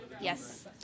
Yes